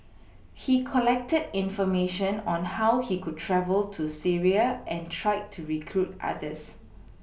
he collected information on how he could travel to Syria and tried to recruit others